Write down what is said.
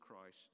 Christ